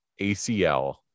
ACL